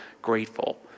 grateful